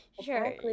Sure